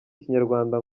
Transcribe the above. kinyarwanda